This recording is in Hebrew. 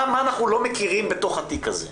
מה אנחנו לא מכירים בתוך התיק הזה?